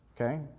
okay